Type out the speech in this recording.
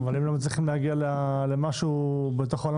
אבל אם לא מצליחים להגיע למשהו בתוך העולם